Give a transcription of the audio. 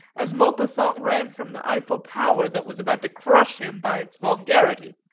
as maupassant ran from the eiffel tower that was about to crush him by its vulgarity.